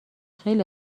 خیلی